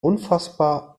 unfassbar